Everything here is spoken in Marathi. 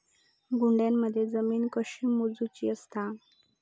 गुंठयामध्ये जमीन कशी मोजूची असता?